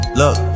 look